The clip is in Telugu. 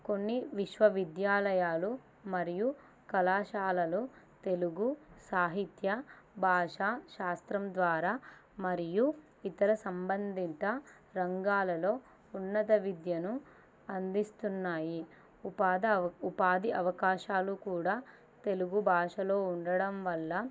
కొన్ని విశ్వవిద్యాలయాలు మరియు కళాశాలలో తెలుగు సాహిత్య భాషా శాస్త్రం ద్వారా మరియు ఇతర సంబంధిత రంగాలలో ఉన్నత విద్యను అందిస్తున్నాయి ఉపాధ అవ ఉపాధి అవకాశాలు కూడా తెలుగు భాషలో ఉండడం వల్ల